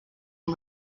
and